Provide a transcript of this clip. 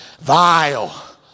vile